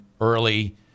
early